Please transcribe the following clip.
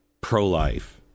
pro-life